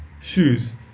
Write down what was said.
shoes